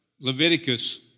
Leviticus